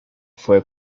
fue